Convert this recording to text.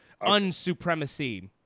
unsupremacy